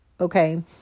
Okay